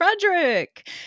Frederick